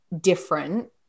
different